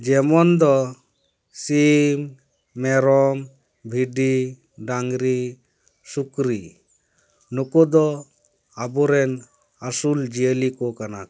ᱡᱮᱢᱚᱱ ᱫᱚ ᱥᱤᱢ ᱢᱮᱨᱚᱢ ᱵᱷᱤᱰᱤ ᱰᱟᱹᱝᱨᱤ ᱥᱩᱠᱨᱤ ᱱᱩᱠᱩ ᱫᱚ ᱟᱵᱚᱨᱮᱱ ᱟᱹᱥᱩᱞ ᱡᱤᱭᱟᱹᱞᱤ ᱠᱚ ᱠᱟᱱᱟ ᱠᱚ